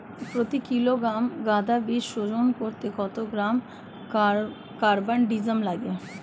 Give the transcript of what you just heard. প্রতি কিলোগ্রাম গাঁদা বীজ শোধন করতে কত গ্রাম কারবানডাজিম লাগে?